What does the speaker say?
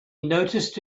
noticed